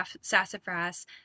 Sassafras